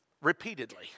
repeatedly